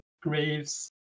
Graves